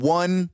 one